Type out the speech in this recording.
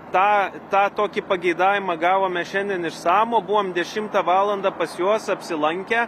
tą tą tokį pageidavimą gavome šiandien iš samo buvom dešimtą valandą pas juos apsilankę